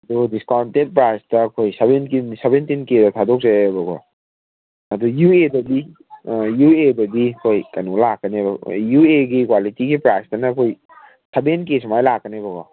ꯑꯗꯣ ꯗꯤꯁꯀꯥꯎꯟꯇꯦꯠ ꯄ꯭ꯔꯥꯏꯁꯇ ꯑꯩꯈꯣꯏ ꯁꯕꯦꯟꯇꯤꯟ ꯁꯕꯦꯟꯇꯤꯟ ꯀꯦꯗ ꯊꯥꯗꯣꯛꯆꯩꯕꯀꯣ ꯑꯗꯨ ꯌꯨ ꯑꯦꯗꯗꯤ ꯌꯨ ꯑꯦꯗꯗꯤ ꯑꯩꯈꯣꯏ ꯀꯩꯅꯣ ꯂꯥꯛꯀꯅꯦꯕ ꯌꯨ ꯑꯦꯒꯤ ꯀ꯭ꯋꯥꯂꯤꯇꯤꯒꯤ ꯄ꯭ꯔꯥꯏꯁꯇꯅ ꯑꯩꯈꯣꯏ ꯁꯕꯦꯟ ꯀꯦ ꯁꯨꯃꯥꯏꯅ ꯂꯥꯛꯀꯅꯦꯕꯀꯣ